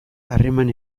harreman